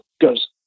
goes